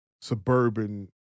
suburban